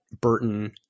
Burton